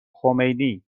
خمینی